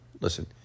Listen